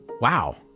Wow